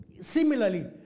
Similarly